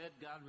God